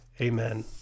amen